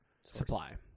supply